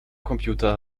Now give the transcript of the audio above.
computer